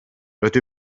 rydw